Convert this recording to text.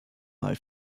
mal